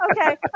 Okay